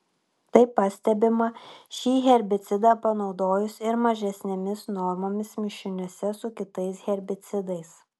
tai pastebima šį herbicidą panaudojus ir mažesnėmis normomis mišiniuose su kitais herbicidais